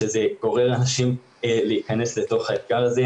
שזה גורם לאנשים להיכנס לתוך האתגר הזה.